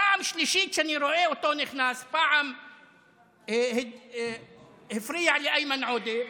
פעם שלישית שאני רואה אותו נכנס פעם הפריע לאיימן עודה,